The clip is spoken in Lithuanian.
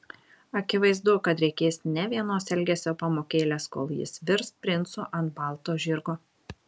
akivaizdu kad reikės ne vienos elgesio pamokėlės kol jis virs princu ant balo žirgo